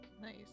nice